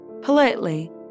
politely